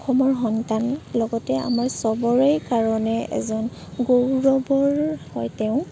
অসমৰ সন্তান লগতে আমাৰ সবৰে কাৰণে এজন গৌৰৱৰ হয় তেওঁ